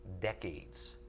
decades